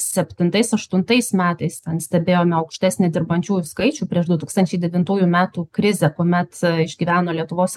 septintais aštuntais metais ten stebėjome aukštesnį dirbančiųjų skaičių prieš du tūkstančiai devintųjų metų krizę kuomet išgyveno lietuvos